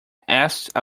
asked